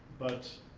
but